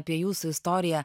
apie jūsų istoriją